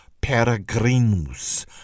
Peregrinus